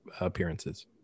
appearances